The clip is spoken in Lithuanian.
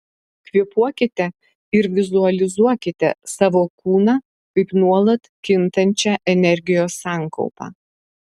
kvėpuokite ir vizualizuokite savo kūną kaip nuolat kintančią energijos sankaupą